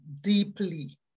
deeply